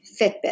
Fitbit